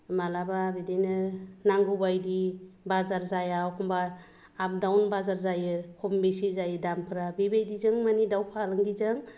मालाबा बिदिनो नांगौ बायदि बाजार जाया अखम्बा आप दाउन बाजार जायो खम बिसि जायो दामफ्रा बेबायदिजों माने दाउ फालांगिजों